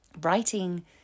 writing